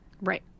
Right